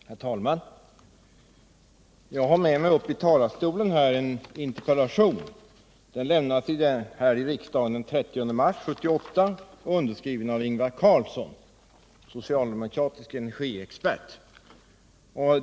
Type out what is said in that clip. Herr talman! Jag har tagit med mig upp i talarstolen en interpellation, som framställdes här i riksdagen den 30 mars 1978 och är underskriven av Ingvar Carlsson, socialdemokratisk energiexpert.